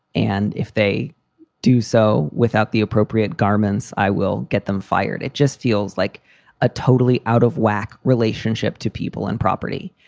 and if they do so without the appropriate garments, i will get them fired. it just feels like a totally out of whack relationship to people and property.